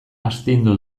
astindu